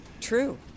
True